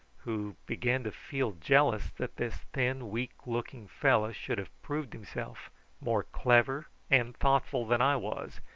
who began to feel jealous that this thin weak-looking fellow should have proved himself more clever and thoughtful than i was,